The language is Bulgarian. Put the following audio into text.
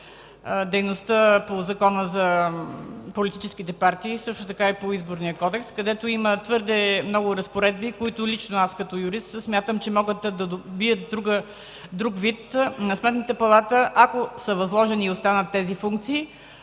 дейността по Закона за политическите партии, също така и по Изборния кодекс, където има твърде много разпоредби, които лично аз като юрист смятам, че могат да дадат друг вид на Сметната палата. Ако са възложени и останат тези функции,